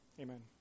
Amen